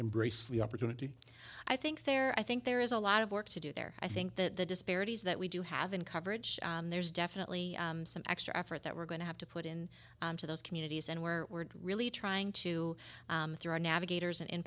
embrace the opportunity i think there i think there is a lot of work to do there i think that the disparities that we do have in coverage there's definitely some extra effort that we're going to have to put in to those communities and we're really trying to through our navigators